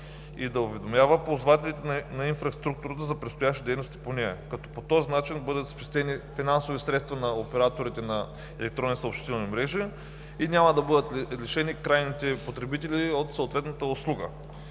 и да уведомява ползвателите на инфраструктурата за предстоящите дейности по нея, като по този начин бъдат спестени финансови средства на операторите на електронни съобщителни мрежи и няма да бъдат лишени крайните потребители от съответната услуга.